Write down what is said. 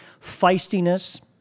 feistiness